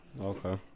Okay